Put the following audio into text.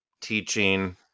teaching